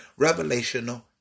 revelational